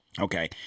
okay